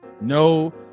no